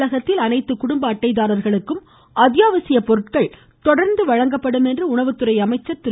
தமிழகத்தில் அனைத்து குடும்ப அட்டைதாரர்களுக்கும் அத்தியாவசியப் பொருட்கள் தொடர்ந்து வழங்கப்படும் என்று உணவுத்துறை அமைச்சர் திரு